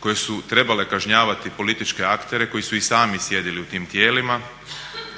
koje su trebale kažnjavati političke aktere koji su i sami sjedili u tim tijelima.